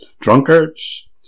Drunkards